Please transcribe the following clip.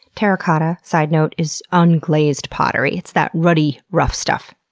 terracotta, side note, is unglazed pottery. it's that ruddy rough stuff.